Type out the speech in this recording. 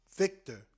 victor